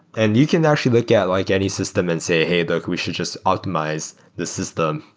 and you can actually look at like any system and say, hey, look. we should just optimize this system,